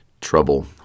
trouble